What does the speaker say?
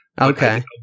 Okay